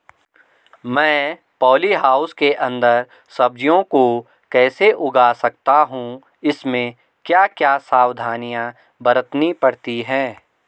मैं polyhouse के अन्दर सब्जियों को कैसे उगा सकता हूँ इसमें क्या क्या सावधानियाँ बरतनी पड़ती है?